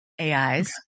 AIs